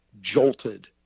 jolted